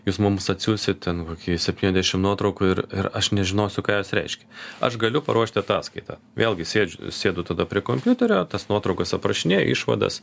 jūs mums atsiųsit ten septyniasdešim nuotraukų ir ir aš nežinosiu ką jos reiškia aš galiu paruošti ataskaitą vėlgi sėdžiu sėdu tada prie kompiuterio tas nuotraukos aprašinėju išvadas